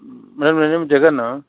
madam నా name Jagan